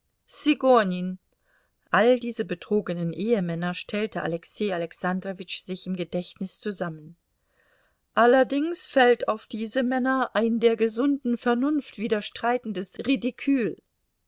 all diese betrogenen ehemänner stellte alexei alexandrowitsch sich im gedächtnis zusammen allerdings fällt auf diese männer ein der gesunden vernunft widerstreitendes